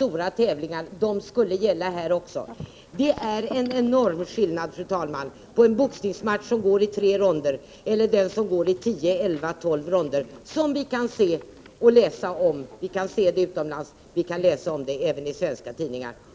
och de skulle gälla här också. Det är en enorm skillnad, fru talman, mellan en boxningsmatch som går i tre ronder och en som går i tio, elva eller tolv som vi kan se utomlands och som vi kan läsa om även i svenska tidningar.